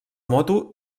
moto